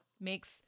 makes